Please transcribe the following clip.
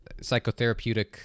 psychotherapeutic